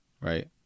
right